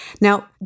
Now